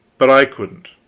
but i couldn't.